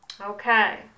Okay